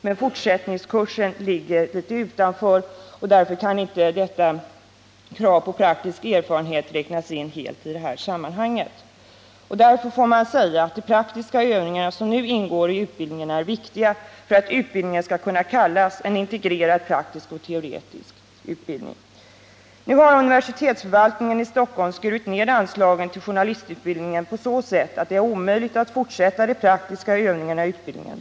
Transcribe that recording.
Men fortsättningskursen ligger litet utanför, och därför kan inte detta krav på praktisk erfarenhet räknas in helt i detta sammanhang. Därför får man också säga att de praktiska övningar som nu ingår i utbildningen är viktiga för att denna skall kunna kallas en integrerad praktisk och teoretisk utbildning. Nu har universitetsförvaltningen i Stockholm skurit ner anslagen till journalistutbildningen på så sätt att det är omöjligt att fortsätta de praktiska övningarna i utbildningen.